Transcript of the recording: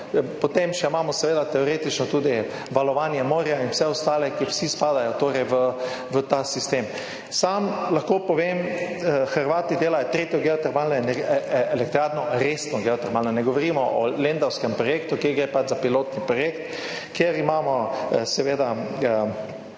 Potem imamo, seveda teoretično, še tudi valovanje morja in vse ostale, ki vsi spadajo torej v ta sistem. Sam lahko povem, Hrvati delajo tretjo geotermalno elektrarno – resno geotermalno, ne govorimo o lendavskem projektu, kjer gre pač za pilotni projekt, kjer imamo seveda